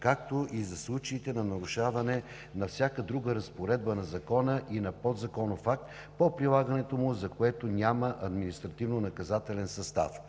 както и за случаите на нарушаване на всяка друга разпоредба на Закона и на подзаконов акт по прилагането му, за което няма административнонаказателен състав.